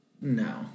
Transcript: No